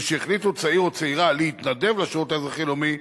משהחליטו צעיר או צעירה להתנדב לשירות האזרחי-לאומי,